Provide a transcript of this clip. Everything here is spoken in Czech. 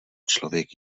člověk